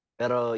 pero